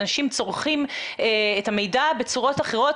אנשים צורכים את המידע בצורות אחרות